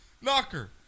Knocker